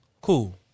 cool